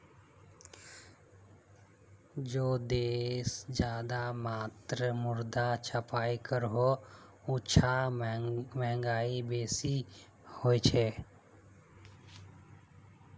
जे देश ज्यादा मात्रात मुद्रा छपाई करोह उछां महगाई बेसी होछे